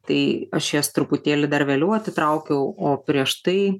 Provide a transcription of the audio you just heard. tai aš jas truputėlį dar vėliau atitraukiau o prieš tai